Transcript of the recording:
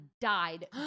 died